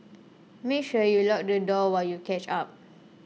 make sure you lock the door while you catch up